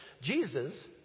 Jesus